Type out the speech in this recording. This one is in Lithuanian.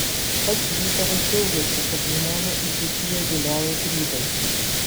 pats vytaras džiaugiasi kad žmoną į dzūkiją vilioja grybai